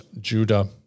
Judah